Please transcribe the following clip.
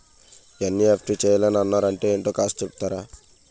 NEFT చేయాలని అన్నారు అంటే ఏంటో కాస్త చెపుతారా?